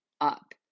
up